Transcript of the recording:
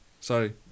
Sorry